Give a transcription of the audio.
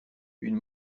une